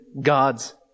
God's